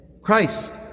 christ